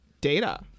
data